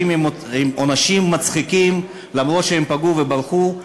עם עונשים מצחיקים אף שהם פגעו וברחו.